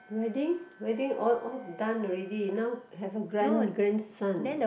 wedding wedding all all done already now have a grand grandson